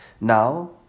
now